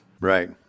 Right